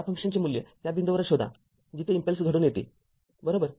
या फंक्शनचे मूल्य त्या बिंदूवर शोधा जिथे इम्पल्स घडून येते बरोबर